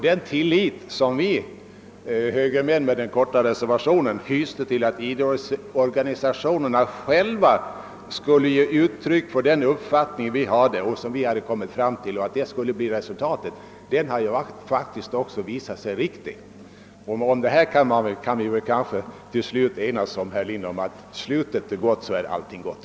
Den tillit som vi högermän genom vår korta reservation gav uttryck för att idrottsorganisationerna själva skulle komma till samma uppfattning som vi har visat sig befogad. Då kan vi kanske, herr Lindholm, enas om att om slutet är gott är allting gott.